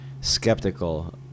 skeptical